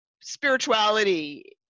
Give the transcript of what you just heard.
spirituality